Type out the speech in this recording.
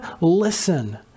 listen